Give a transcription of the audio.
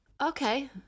Okay